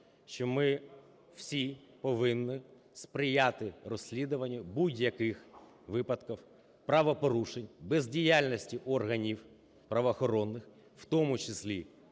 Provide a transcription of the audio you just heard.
що ми всі повинні сприяти розслідуванню будь-яких випадків правопорушень, бездіяльності органів правоохоронних, в тому числі